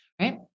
right